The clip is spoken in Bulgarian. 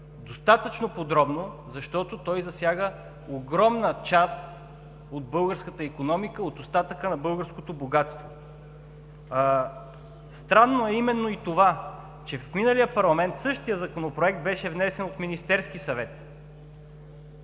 достатъчно подробно, защото той засяга огромна част от българската икономика, от остатъка на българското богатство. Странно е именно и това, че в миналия парламент същият Законопроект беше внесен от Министерския съвет.